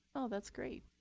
oh, that's great.